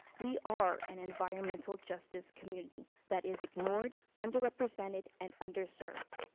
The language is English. we are an environmental justice community that is ignored underrepresented and underserved.